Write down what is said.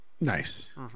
Nice